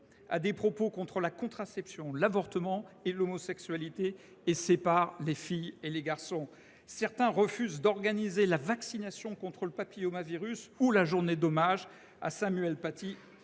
à des propos contre la contraception, l’avortement et l’homosexualité et séparent les filles et les garçons. Certains refusent d’organiser la vaccination contre le papillomavirus ou la journée d’hommage à Samuel Paty